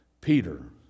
Peter